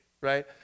right